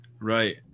right